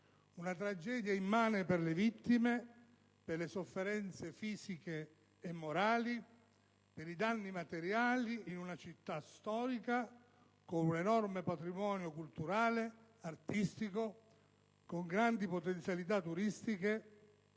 una tragedia immane per le vittime, per le sofferenze fisiche e morali e per i danni materiali, in una città storica con un enorme patrimonio culturale e artistico, con grandi potenzialità turistiche,